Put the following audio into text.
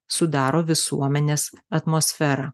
sudaro visuomenės atmosferą